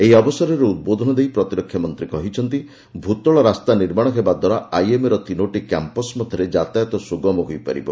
ଏହି ଅବସରରେ ଉଦ୍ବୋଧନ ଦେଇ ପ୍ରତିରକ୍ଷା ମନ୍ତ୍ରୀ କହିଛନ୍ତି ଭୂତଳ ରାସ୍ତା ନିର୍ମାଣ ହେବା ଦ୍ୱାରା ଆଇଏମ୍ଏର ତିନୋଟି କ୍ୟାମ୍ପସ୍ ମଧ୍ୟରେ ଜାତାୟତ ସୁଗମ ହୋଇପାରିବ